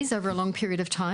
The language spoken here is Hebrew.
לפליטים,